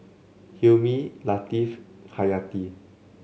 Hilmi Latif Haryati